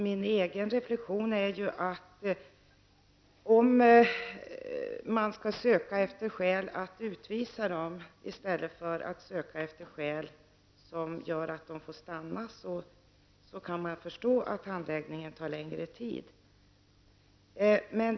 Min egen reflexion är den att man kan förstå att handläggningen tar längre tid, om man skall söka efter skäl att utvisa de asylsökande än om man skall söka efter skäl för att de skall få stanna.